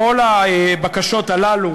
כל הבקשות הללו